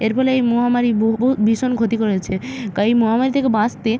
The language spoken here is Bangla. এর ফলে এই মহামারী বহু ভীষণ ক্ষতি করেছে তাই মহামারী থেকে বাঁচতে